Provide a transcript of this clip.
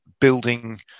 building